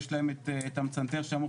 יש להם את המצנתר שאמור,